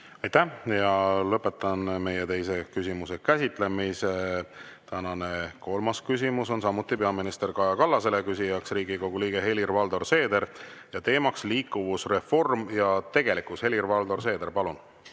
Aitäh! Lõpetan meie teise küsimuse käsitlemise. Tänane kolmas küsimus on samuti peaminister Kaja Kallasele, küsija on Riigikogu liige Helir-Valdor Seeder ja teema liikuvusreform ja tegelikkus. Helir-Valdor Seeder, palun!